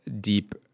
deep